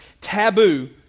taboo